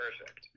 perfect